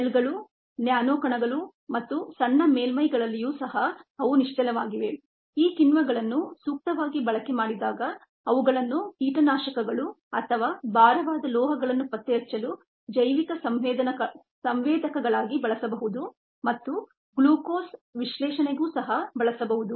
ಜೆಲ್ಗಳು nano ಕಣಗಳು ಮತ್ತು ಸಣ್ಣ ಮೇಲ್ಮೈಗಳಲ್ಲಿಯೂ ಸಹ ಅವು ನಿಶ್ಚಲವಾಗಿವೆ ಈ ಕಿಣ್ವಗಳನ್ನು ಸೂಕ್ತವಾಗಿ ಬಳಕೆ ಮಾಡಿದಾಗ ಅವುಗಳನ್ನು ಕೀಟನಾಶಕಗಳು ಅಥವಾ ಭಾರವಾದ ಲೋಹಗಳನ್ನು ಪತ್ತೆಹಚ್ಚಲು ಜೈವಿಕ ಸಂವೇದಕಗಳಾಗಿ ಬಳಸಬಹುದು ಮತ್ತು ಗ್ಲೂಕೋಸ್ನ ವಿಶ್ಲೇಷಣೆಗೂ ಸಹ ಬಳಸಬಹುದು